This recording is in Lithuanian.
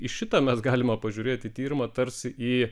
į šitą mes galime pažiūrėti tyrimą tarsi į